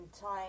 time